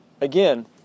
again